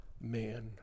man